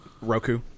roku